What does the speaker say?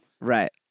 right